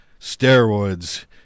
steroids